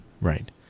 Right